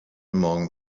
among